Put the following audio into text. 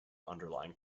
underlying